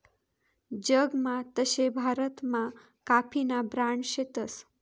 जगमा तशे भारतमा काफीना ब्रांड शेतस